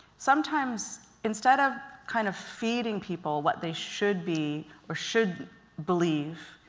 sometimes instead of kind of feeding people what they should be or should believe,